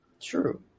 True